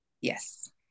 Yes